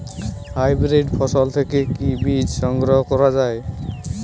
Hybrid ফসল থেকে কি বীজ সংগ্রহ করা য়ায়?